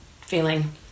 feeling